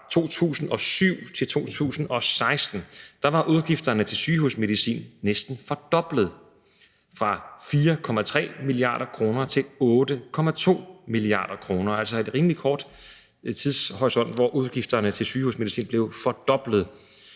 fra 2007 til 2016 var udgifterne til sygehusmedicin næsten fordoblet fra 4,3 mia. kr. til 8,2 mia. kr. – altså en rimelig kort tidshorisont, hvor udgifterne til sygehusmedicin blev fordoblet.